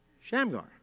Shamgar